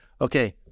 Okay